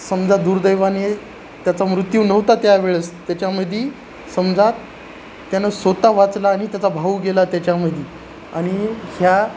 समजा दुर्दैवाने त्याचा मृत्यू नव्हता त्यावेळेस त्याच्यामध्ये समजा त्यानं स्वत वाचला आणि त्याचा भाऊ गेला त्याच्यामध्ये आणि ह्या